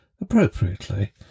appropriately